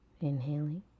Inhaling